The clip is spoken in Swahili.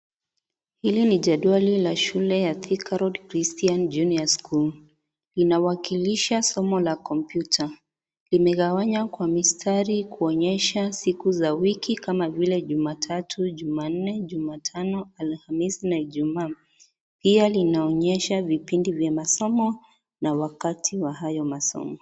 Hili ni jedwali la shule ya Thika road Christian Junior School, linawakilisha somo la kompyuta, limegawanya kwa mistari kuonyesha siku za wiki kama vile Jumatatu, Jumannne, Jumatano, Alhamisi na Ijumaa, pia linaonyesha vipindi vya masomo na wakati wa hayo masomo.